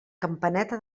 campaneta